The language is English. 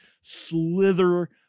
slither